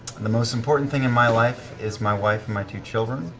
the most important thing in my life is my wife and my two children.